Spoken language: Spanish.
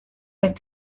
vez